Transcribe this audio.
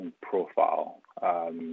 profile